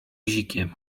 bzikiem